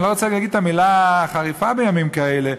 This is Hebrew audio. אני לא רוצה להגיד את המילה החריפה בימים כאלה,